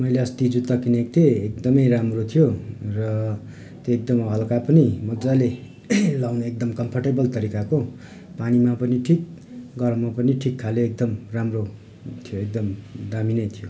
मैले अस्ति जुत्ता किनेको थिएँ एकदमै राम्रो थियो र एकदम हल्का पनि मजाले लगाउने एकदम कम्फर्टेबल तरिकाको पानीमा पनि ठिक गरममा पनि ठिक खाले एकदम राम्रो थियो एकदम दामी नै थियो